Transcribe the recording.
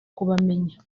kubamenya